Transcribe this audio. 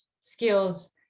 skills